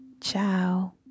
ciao